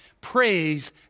praise